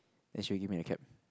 then she'll give me the cap